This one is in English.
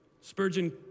Spurgeon